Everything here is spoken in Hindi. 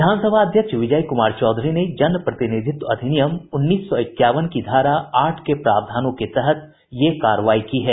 विधानसभा अध्यक्ष विजय कुमार चौधरी ने जनप्रतिनिधित्व अधिनियम उन्नीस सौ इक्यावन की धारा आठ के प्रावधानों के तहत ये कार्रवाई की है